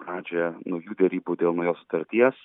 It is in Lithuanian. pradžią naujų derybų dėl naujos sutarties